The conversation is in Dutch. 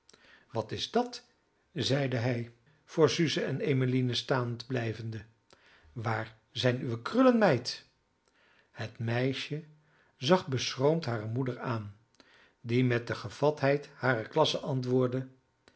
wat is dat zeide hij voor suze en emmeline staan blijvende waar zijn uwe krullen meid het meisje zag beschroomd hare moeder aan die met de gevatheid harer klasse antwoordde